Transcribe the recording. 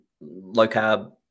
low-carb